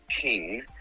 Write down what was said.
King